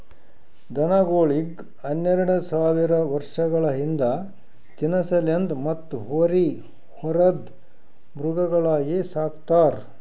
ದನಗೋಳಿಗ್ ಹನ್ನೆರಡ ಸಾವಿರ್ ವರ್ಷಗಳ ಹಿಂದ ತಿನಸಲೆಂದ್ ಮತ್ತ್ ಹೋರಿ ಹೊರದ್ ಮೃಗಗಳಾಗಿ ಸಕ್ತಾರ್